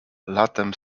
latem